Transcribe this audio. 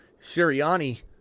Sirianni